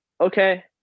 okay